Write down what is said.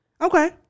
Okay